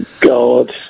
God